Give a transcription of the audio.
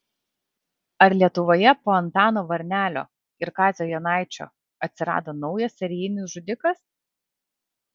ar lietuvoje po antano varnelio ir kazio jonaičio atsirado naujas serijinis žudikas